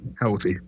healthy